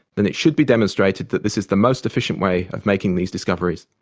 then it should be demonstrated that this is the most efficient way of making these discoveries.